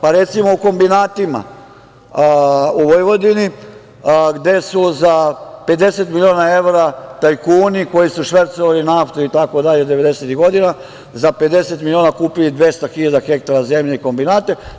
Pa, recimo u kombinatima u Vojvodini, gde su za 50 miliona evra tajkuni koji su švercovali naftu itd. devedesetih godina, za 50 miliona kupili 200.000 hektara zemlje i kombinate.